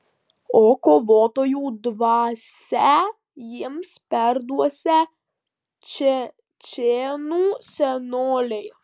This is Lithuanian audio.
o kovotojų dvasią jiems perduosią čečėnų senoliai